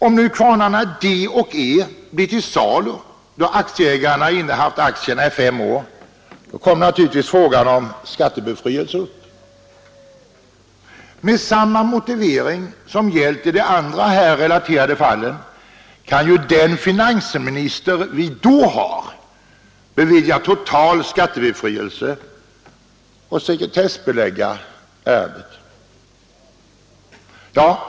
Om nu kvarnarna D och E blir till salu då aktieägarna innehaft aktierna i fem år kommer naturligtvis frågan om skattebefrielse upp. Med samma motivering som gällt i de andra här relaterade fallen kan den finansminister vi då har bevilja total skattebefrielse och sekretssbelägga ärendet.